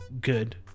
good